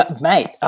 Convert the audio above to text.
Mate